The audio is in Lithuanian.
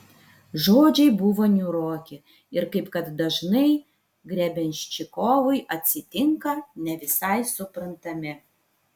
žodžiai buvo niūroki ir kaip kad dažnai grebenščikovui atsitinka ne visai suprantami